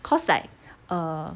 cause like err